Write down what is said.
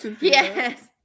Yes